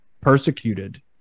persecuted